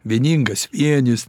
vieningas vienis